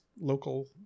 local